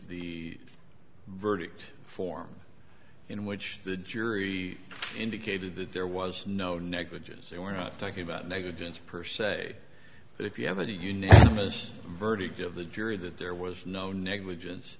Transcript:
the verdict form in which the jury indicated that there was no negligence you were not talking about negligence per se but if you have a unanimous verdict of the jury that there was no negligence